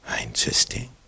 Interesting